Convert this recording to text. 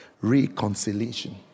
reconciliation